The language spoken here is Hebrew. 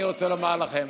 אני רוצה לומר לכם,